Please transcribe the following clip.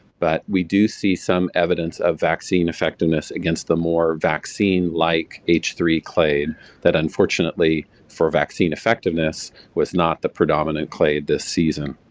but we do see some evidence of vaccine effectiveness against the more vaccine-like like h three clade that unfortunately for vaccine effectiveness was not the predominant clade this season.